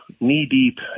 knee-deep